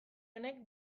honek